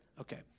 Okay